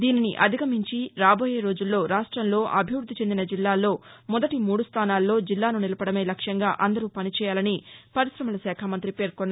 దీనిని అధిగమించి రాబోయే రోజుల్లో రాష్టంలో అభివృద్ది చెందిన జిల్లాల్లో మొదటి మూడు స్థానాల్లో జిల్లాసు నిలపడమే లక్ష్యంగా అందరూ పనిచేయాలని పరిశమల శాఖ మంతి పేర్కొన్నారు